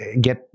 get